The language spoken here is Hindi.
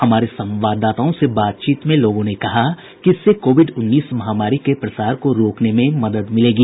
हमारे संवाददाताओं से बातचीत में लोगों ने कहा कि इससे कोविड उन्नीस महामारी के प्रसार को रोकने में मदद मिलेगी